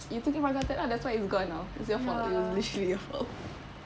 you took it for granted ah that's why it's gone now it's your fault it's literally your fault